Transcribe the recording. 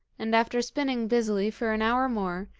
and after spinning busily for an hour more,